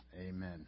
Amen